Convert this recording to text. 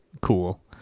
cool